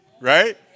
right